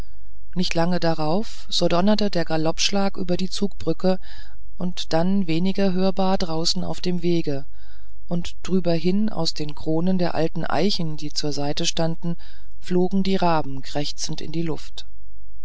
nicht lange darauf so donnerte der galoppschlag über die zugbrücke dann weniger hörbar draußen auf dem wege und drüber hin aus den kronen der alten eichen die zur seite standen flogen die raben krächzend in die luft